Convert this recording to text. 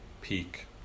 peak